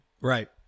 Right